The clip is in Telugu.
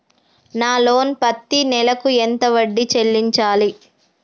నా లోను పత్తి నెల కు ఎంత వడ్డీ చెల్లించాలి?